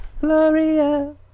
Gloria